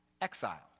exile